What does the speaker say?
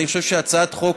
אני חושב שהצעת החוק,